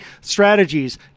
strategies